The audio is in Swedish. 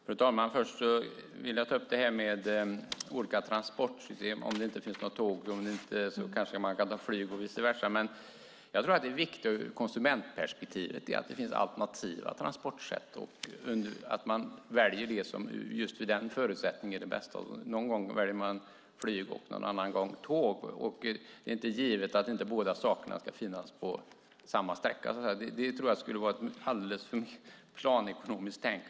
Fru talman! Först gäller det detta med olika transportsystem och att man om det inte finns tåg kanske kan ta flyget och vice versa. I ett konsumentperspektiv är det, tror jag, viktigt att det finns alternativa transportsätt och att man kan välja det som utifrån befintliga förutsättningar är bäst. Någon gång väljer man flyget, en annan gång tåget. Det är inte givet att bådadera ska finnas på samma sträcka. Att ordna ett sådant system tror jag skulle vara ett alldeles för planekonomiskt tänk.